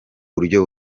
buryo